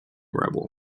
rebel